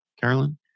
Carolyn